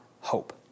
hope